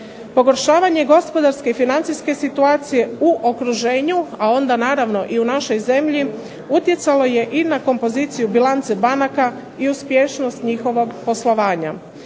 Pogoršavanje gospodarske i financijske situacije u okruženju, a onda naravno i u našoj zemlji utjecalo je i na kompoziciju bilance banaka i uspješnost njihovog poslovanja.